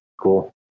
cool